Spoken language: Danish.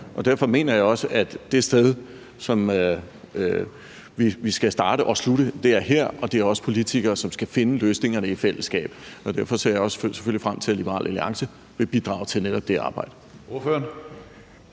Derfor mener jeg også, at det sted, hvor vi skal starte og slutte, er her. Og det er os politikere, som skal finde løsningerne i fællesskab. Derfor ser jeg selvfølgelig også frem til, at Liberal Alliance vil bidrage til netop det arbejde.